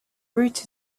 route